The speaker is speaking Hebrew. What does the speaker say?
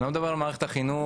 אני לא מדבר על מערכת החינוך.